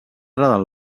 del